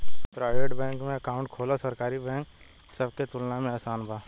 private bank में account खोलल सरकारी बैंक सब के तुलना में आसान बा